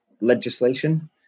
legislation